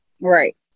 right